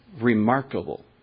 remarkable